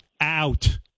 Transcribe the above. out